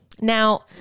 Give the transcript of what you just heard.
Now